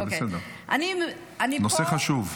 נושא חשוב.